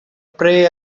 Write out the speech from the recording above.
pray